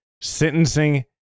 sentencing